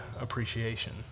appreciation